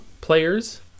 players